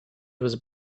was